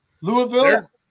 Louisville